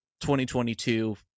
2022